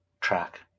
track